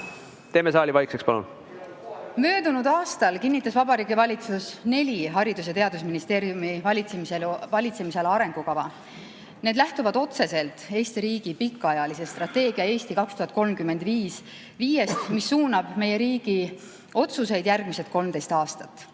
Eesti inimesest. Aitäh! Möödunud aastal kinnitas Vabariigi Valitsus neli Haridus‑ ja Teadusministeeriumi valitsemisala arengukava. Need lähtuvad otseselt Eesti riigi pikaajalisest strateegiast "Eesti 2035", mis suunab meie riigi otsuseid järgmised 13 aastat,